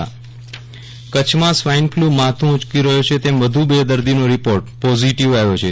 Viral Rana swine flu કચ્છમાં swine flu માથું ઉંચકી રહ્યો હોય તેમ વધુ બે દર્દીનો રિપોર્ટ પોઝિટીવ આવ્યો છે